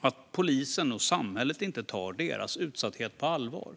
att polisen och samhället inte tar deras utsatthet på allvar.